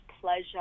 pleasure